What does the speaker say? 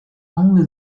only